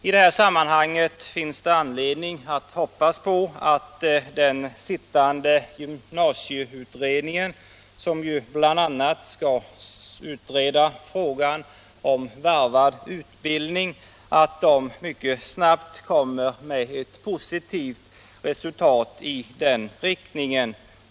I detta sammanhang finns det anledning hoppas på att den sittande gymnasieutredningen, som bl.a. skall utreda frågan om varvad utbildning, mycket snabbt kommer med ett positivt förslag i den riktningen.